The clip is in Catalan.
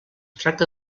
tracta